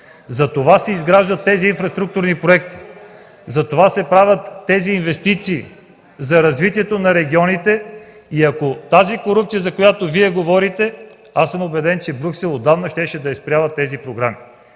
Затова се изграждат тези инфраструктурни проекти, затова се правят тези инвестиции за развитието на регионите. Ако е тази корупция, за която Вие говорите, аз съм убеден, че Брюксел отдавна щеше да е спрял тези програми.